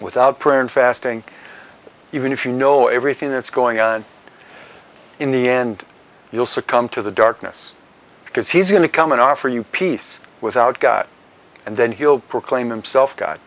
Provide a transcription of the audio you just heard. without prayer and fasting even if you know everything that's going on in the end you'll succumb to the darkness because he is going to come and offer you peace without god and then he'll proclaim himself